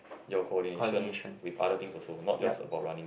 your coordination with other things also not just about running